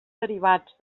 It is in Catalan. derivats